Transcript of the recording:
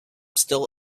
still